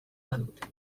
badute